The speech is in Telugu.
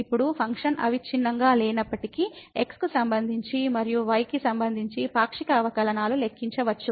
ఇప్పుడు ఫంక్షన్ అవిచ్ఛిన్నంగా లేనప్పటికీ x కు సంబంధించి మరియు y కి సంబంధించి పాక్షిక అవకలనాలును లెక్కించవచ్చు